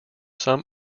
some